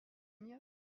cologne